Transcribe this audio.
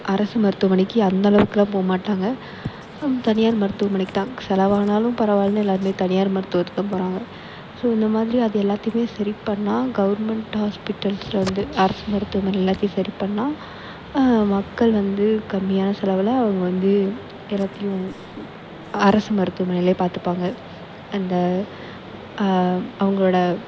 அரசு மருத்துவமனைக்கு அந்தளவுக்கெல்லாம் போக மாட்டாங்க தனியார் மருத்துவமனைக்குத் தான் செலவானாலும் பரவாயில்லைன்னு எல்லோருமே தனியார் மருத்துவத்துக்கு தான் போகிறாங்க ஸோ இந்தமாதிரி அதெல்லாத்தையுமே சரி பண்ணால் கவுர்மெண்ட் ஹாஸ்பிட்டல்ஸ் வந்து அரசு மருத்துவமனை எல்லாத்தையும் சரி பண்ணால் மக்கள் வந்து கம்மியான செலவில் அவங்க வந்து எல்லாத்தேலையும் அரசு மருத்துவமனையில் பார்த்துப்பாங்க அந்த அவங்களோட